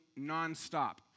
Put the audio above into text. nonstop